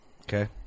Okay